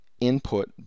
input